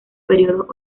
periodos